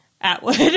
Atwood